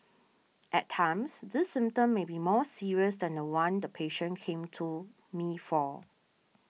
at times this symptom may be more serious than the one the patient came to me for